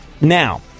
Now